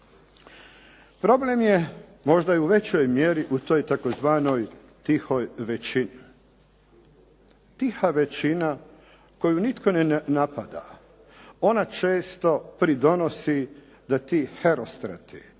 Problem je, možda i u većoj mjeri u toj tzv. tihoj većini. Tiha većina koju nitko niti ne napada. Ona često pridonosi da ti herostrati